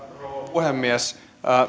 puhemies